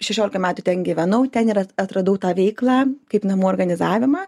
šešiolika metų ten gyvenau ten ir a atradau tą veiklą kaip namų organizavimą